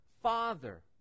Father